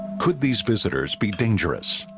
could these visitors be dangerous